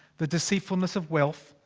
the deceitfulness of wealth.